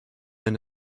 been